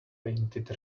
painted